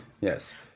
Yes